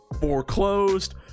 Foreclosed